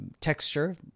texture